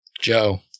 Joe